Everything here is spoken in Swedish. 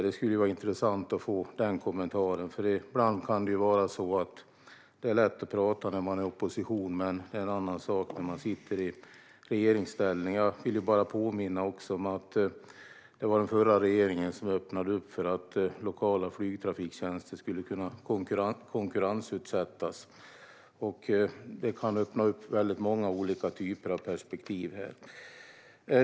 Det vore intressant att få den kommentaren, för ibland kan det vara så att det är lätt att prata när man är i opposition och en annan sak när man sitter i regeringsställning. Jag vill även påminna om att det var den förra regeringen som öppnade för att lokala flygtrafiktjänster skulle kunna konkurrensutsättas. Det kan öppna för många olika typer av perspektiv här.